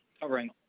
covering